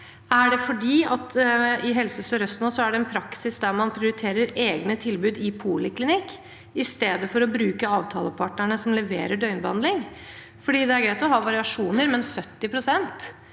Er det fordi det i Helse sør-øst nå er en praksis der man prioriterer egne tilbud i poliklinikk, i stedet for å bruke avtalepartnerne som leverer døgnbehandling? Det er greit å ha variasjoner, men 70 pst.